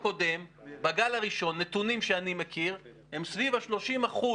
בגל הראשון, נתונים שאני מכיר, הם סביב 30%